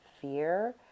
fear